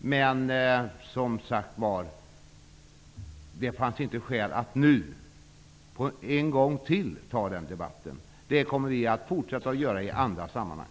Det finns, som sagt, inte skäl att nu ta den debatten en gång till. Vi kommer att fortsätta den i andra sammanhang.